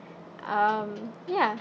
um ya